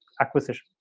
acquisition